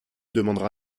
demandera